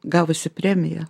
gavusi premiją